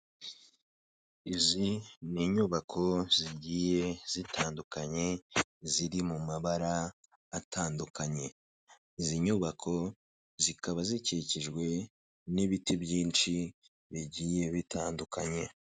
Izi ni inyubako zigiye zitandukanye, ziri mu mabara atandukanye, izi nyubako zikaba zikikijwe n'ibiti byinshi bigiye bitandukanye.